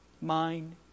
mind